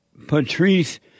Patrice